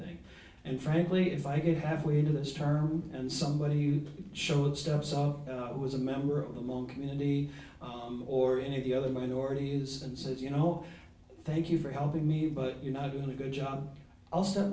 thing and frankly if i get halfway into this term and somebody showed steps out and i was a member of the mon community or any of the other minorities and said you know thank you for helping me but you're not really good job i'll step